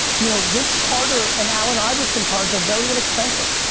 you know vince carter and allen iverson cards are very inexpensive.